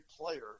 player